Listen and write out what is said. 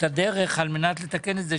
הדרך על מנת לתקן את זה,